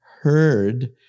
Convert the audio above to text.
heard